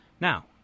Now